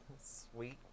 Sweet